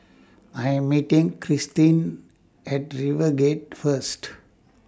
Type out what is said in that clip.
I Am meeting Kristyn At RiverGate First